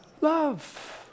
Love